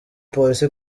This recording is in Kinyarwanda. polisi